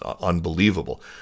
unbelievable